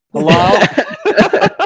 Hello